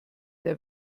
der